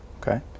Okay